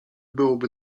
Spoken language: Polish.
byłoby